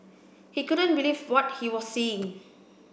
he couldn't believe what he was seeing